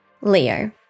Leo